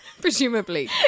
Presumably